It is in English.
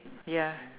ya